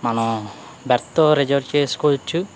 మనం berth reserve చేసుకోవచ్చు